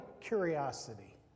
curiosity